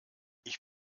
ich